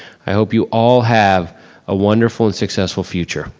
i hope you all have a wonderful and successful future.